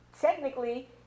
technically